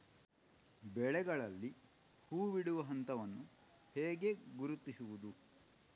ಬೆಳೆಗಳಲ್ಲಿ ಹೂಬಿಡುವ ಹಂತವನ್ನು ಹೇಗೆ ಗುರುತಿಸುವುದು?